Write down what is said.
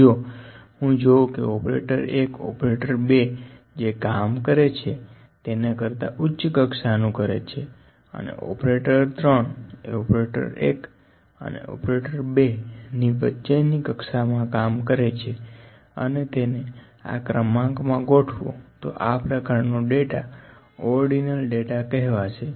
જો હું જોઉં કે ઓપરેટર 1 ઓપરેટર 2 જે કામ કરે છે તેના કરતાં ઉચ્ચ કક્ષાનું કરે છે અને ઓપરેટર 3 એ ઓપરેટર 1 અને ઓપરેટર 2 ની વચ્ચે ની કક્ષામાં કામ કરે છે અને તેને આં ક્રમાંક મા ગોઠવો તો આં પ્રકારનો ડેટા ઑર્ડીનલ ડેટા કહેવાશે